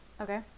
Okay